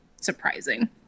surprising